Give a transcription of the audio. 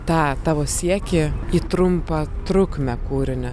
tą tavo siekį į trumpą trukmę kūrinio